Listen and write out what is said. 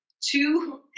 two